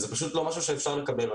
זה פשוט לא משהו שאפשר לקבל.